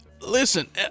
Listen